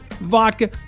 vodka